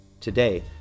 Today